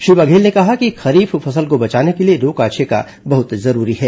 श्री बघेल ने कहा कि खरीफ फसल को बचाने के लिए रोका छेका बहुत जरूरी है